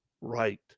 right